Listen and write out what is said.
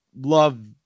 love